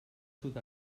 sud